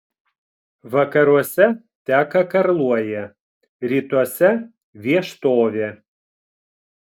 vakaruose teka karkluojė rytuose vieštovė